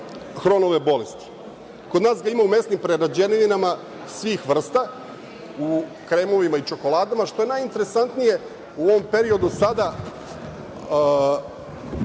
hronove bolesti. Kod nas ga ima u mesnim prerađevinama svih vrsta, u kremovima i čokoladama. Što je najinteresantnije, u ovom periodu sada,